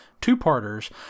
two-parters